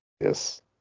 yes